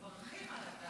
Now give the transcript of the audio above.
אנחנו מברכים על הצעת החוק.